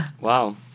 Wow